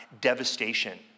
devastation